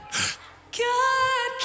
God